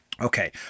Okay